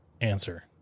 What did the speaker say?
answer